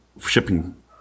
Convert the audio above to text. shipping